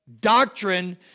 Doctrine